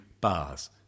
bars